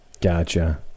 Gotcha